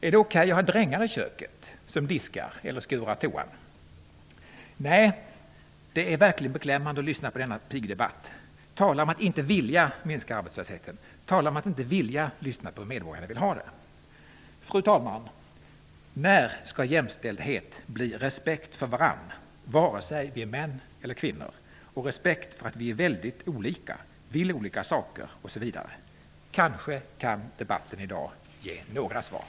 Är det OK att ha drängar i köket som diskar och skurar toan? Nej, det är verkligen beklämmande att lyssna på denna pigdebatt! Tala om attinte vilja minska arbetslösheten! Tala om att inte vilja lyssna på hur medborgarna vill ha det! Fru talman, när skall jämställdhet bli respekt för varann vare sig vi är män eller kvinnor? Och respekt för att vi är väldigt olika, vill olika saker osv.? Kanske kan debatten i dag ge några svar?